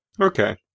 Okay